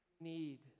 Need